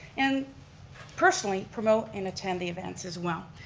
and personally promote and attend the events as well.